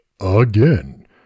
Again